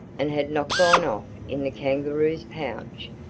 and had not gone off in the kangaroo's pouch,